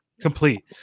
complete